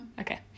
Okay